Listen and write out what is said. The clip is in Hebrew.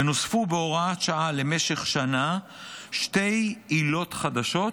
ונוספו בהוראת שעה למשך שנה שתי עילות חדשות,